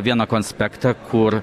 vieną konspektą kur